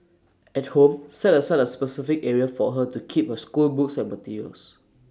at home set aside A specific area for her to keep her schoolbooks and materials